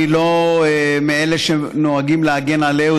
אני לא מאלה שנוהגים להגן על אהוד,